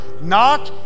Knock